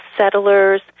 settlers